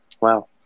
wow